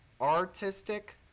artistic